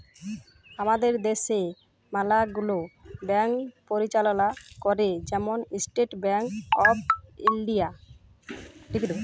আমাদের দ্যাশে ম্যালা গুলা ব্যাংক পরিচাললা ক্যরে, যেমল ইস্টেট ব্যাংক অফ ইলডিয়া